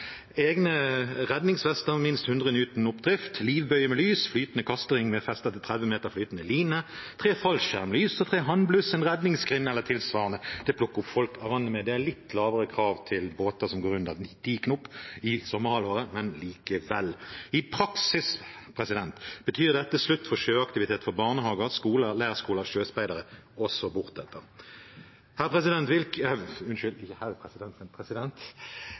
egne redningsvester med minst 100 Newton oppdrift, livbøye med lys, flytende kastering med fester til 30 meter flytende line, tre fallskjermlys og tre handbluss, en redningsgrind eller tilsvarende til å plukke opp folk av vannet med. Det er litt lavere krav til båter som går under 90 knop, i sommerhalvåret, men likevel. I praksis betyr dette slutt på sjøaktivitet for barnehager, skoler, leirskoler, sjøspeidere osv. Hvilken konstatert ulykkesfrekvens er det man skal forhindre ved dette omfattende og